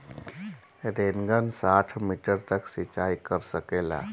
Rain gun साठ metre तक सिचाई कर सकेला का?